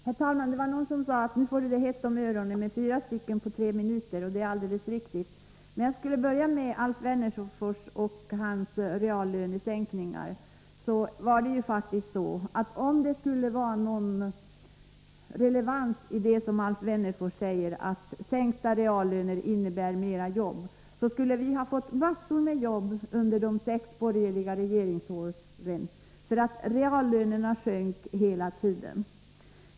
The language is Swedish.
Herr talman! Det var någon som sade: Nu får du det hett om öronen, när du skall replikera fyra talare på tre minuter. Det är alldeles riktigt. Jag skall börja med Alf Wennerfors och det han sade om reallönesänkningar. Om det skulle vara någon relevans i Alf Wennerfors tal om att sänkta reallöner innebär fler jobb, skulle vi ha fått massor med jobb under de sex borgerliga regeringsåren, för då sjönk reallönerna hela tiden.